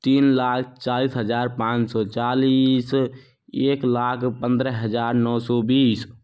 तीन लाख चालीस हज़ार पाँच सौ चालीस एक लाख पन्द्रह हज़ार नौ सौ बीस